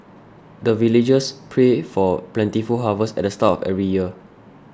the villagers pray for plentiful harvest at the start of every year